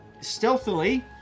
stealthily